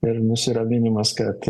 ir nusiraminimas kad